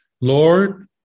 Lord